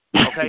Okay